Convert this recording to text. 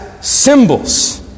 symbols